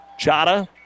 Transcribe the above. Chata